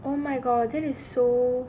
oh my god that is so